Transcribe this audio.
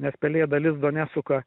nes pelėda lizdo nesuka